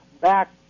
Back